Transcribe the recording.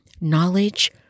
knowledge